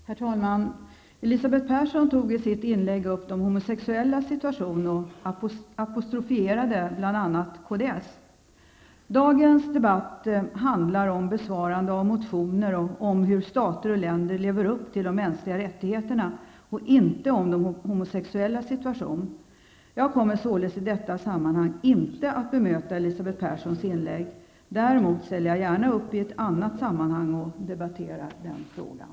Herr talman! Elisabeth Persson tog i sitt inlägg upp de homosexuellas situation och apostroferade bl.a. kds. Debatten här i dag rör de motioner som utskottet behandlat vilka handlar om hur stater och länder lever upp till de mänskliga rättigheterna och inte om de homosexuellas situation. Jag kommer således inte att i detta sammanhang bemöta Elisabeth Perssons inlägg. Däremot ställer jag gärna upp i ett annat sammanhang och debatterar den frågan.